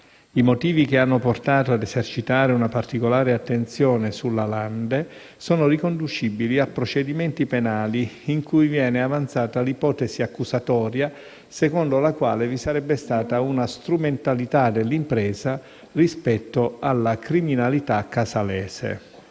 I motivi che hanno portato a esercitare una particolare attenzione sulla Lande sono riconducibili a procedimenti penali in cui viene avanzata l'ipotesi accusatoria secondo la quale vi sarebbe stata una strumentalità dell'impresa rispetto alla criminalità casalese.